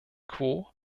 quo